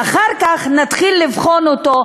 ואחר כך נתחיל לבחון אותו,